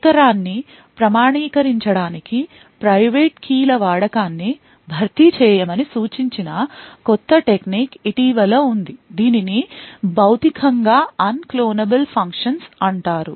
పరికరాన్ని ప్రామాణీకరించడానికి private key ల వాడకాన్ని భర్తీ చేయమని సూచించిన కొత్త టెక్నిక్ ఇటీవల ఉంది దీనిని భౌతికంగా అన్క్లోనబుల్ ఫంక్షన్స్ అంటారు